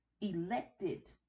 elected